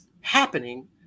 happening